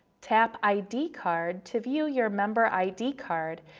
tap id card to view your member id card,